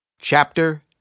Chapter